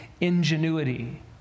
ingenuity